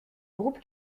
groupe